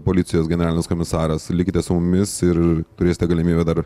policijos generalinis komisaras likite su mumis ir turėsite galimybę dar